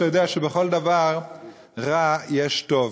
אתה יודע שבכל דבר רע יש טוב,